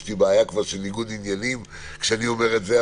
לי בעיה של ניגוד עניינים כשאני אומר את זה,